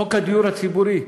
חוק הדיור הציבורי,